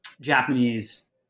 Japanese